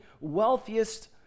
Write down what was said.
wealthiest